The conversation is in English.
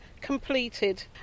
completed